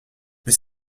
mais